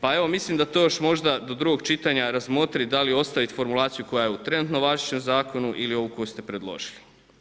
Pa evo mislim da to još možda do drugog čitanja razmotriti da li ostaviti formulaciju koja je u trenutno važećem zakonu ili ovu koju ste predložili.